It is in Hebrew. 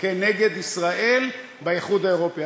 כנגד ישראל באיחוד האירופי.